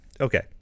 Okay